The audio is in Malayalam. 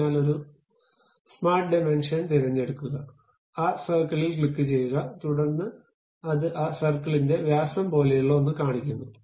അതിനാൽ ഒരു സ്മാർട്ട്ഡിമെൻഷൻ തിരഞ്ഞെടുക്കുക ആ സർക്കിളിൽ ക്ലിക്കുചെയ്യുക തുടർന്ന് അത് ആ സർക്കിളിന്റെ വ്യാസം പോലെയുള്ള ഒന്ന് കാണിക്കുന്നു